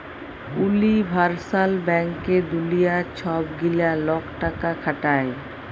universal ব্যাংকে দুলিয়ার ছব গিলা লক টাকা খাটায়